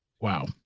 Wow